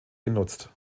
genutzt